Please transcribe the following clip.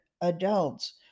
adults